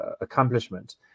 accomplishment